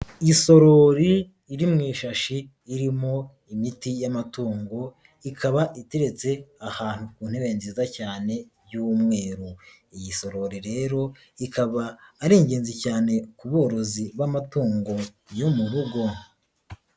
Isorori iri mu ishashi irimo imiti y'amatungo, ikaba iteretse ahantu ku ntebe nziza cyane y'umweru. Iyi sorori rero ikaba ari ingenzi cyane ku borozi b'amatungo yo mu rugo.